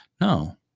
No